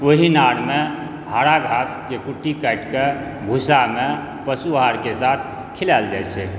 ओहि नार मे हरा घास के कुट्टी काटि कऽ भुस्सा मे पशु आहार के साथ खिलायल जाइ छै